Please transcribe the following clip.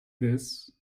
this